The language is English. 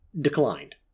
declined